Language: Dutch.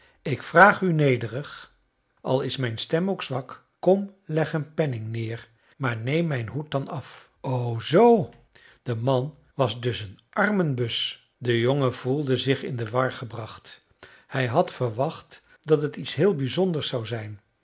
ik vraag u nederig al is mijn stem ook zwak kom leg een penning neer maar neem mijn hoed dan af o zoo de man was dus een armenbus de jongen voelde zich in de war gebracht hij had verwacht dat het iets heel bizonders zou zijn